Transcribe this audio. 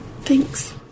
Thanks